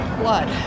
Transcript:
blood